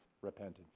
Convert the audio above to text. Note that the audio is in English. repentance